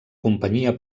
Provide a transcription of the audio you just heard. companyia